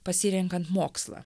pasirenkant mokslą